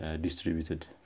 distributed